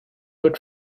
would